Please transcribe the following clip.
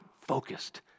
focused